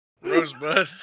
Rosebud